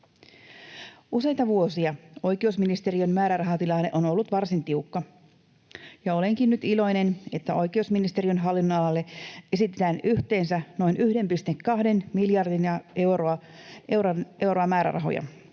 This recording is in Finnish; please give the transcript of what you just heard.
Useita vuosia oikeusministeriön määrärahatilanne on ollut varsin tiukka, ja olenkin nyt iloinen, että oikeusministeriön hallinnonalalle esitetään yhteensä noin 1,2 miljardia euroa määrärahoja,